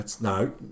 No